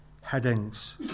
headings